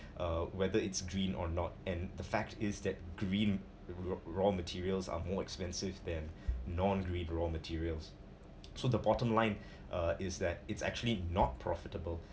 uh whether it's green or not and the fact is that green ra~ raw materials are more expensive than non green raw materials so the bottom line uh is that it's actually not profitable